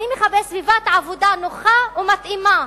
אני מחפש סביבת עבודה נוחה ומתאימה.